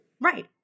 right